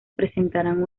presentarán